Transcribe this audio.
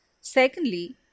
Secondly